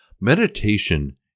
Meditation